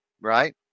right